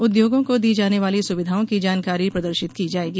उदयोगों को दी जाने वाली सुविधाओं की जानकारी प्रदर्शित की जायेगी